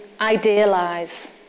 idealise